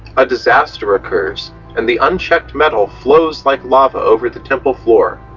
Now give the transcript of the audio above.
a disaster occurs and the unchecked metal flows like lava over the temple floor.